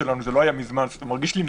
זה לא היה מזמן זה מרגיש לי מזמן,